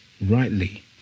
rightly